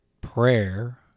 Prayer